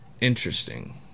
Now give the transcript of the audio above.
interesting